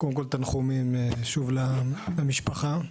קודם כל תנחומים שוב למשפחה.